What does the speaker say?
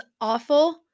awful